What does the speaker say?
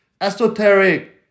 esoteric